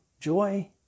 joy